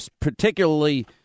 particularly